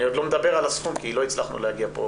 אני עוד לא מדבר על הסכום כי לא הצלחנו להגיע פה,